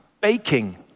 baking